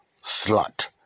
slut